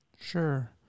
sure